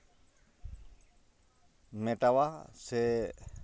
ᱢᱮᱴᱟᱣᱟ ᱥᱮ